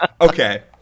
Okay